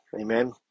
amen